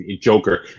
Joker